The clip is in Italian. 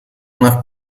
una